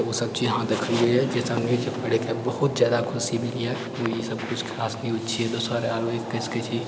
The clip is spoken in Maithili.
तऽ उसब चीज यहाँ देखलिए हँ जहिसँ हम इसब पढ़िके बहुत जादा खुशी हमर मिलै हँ तऽ ई सब खास न्यूज छिऐ दोसर आब ई कहि सकैत छी